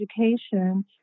education